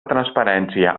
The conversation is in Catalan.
transparència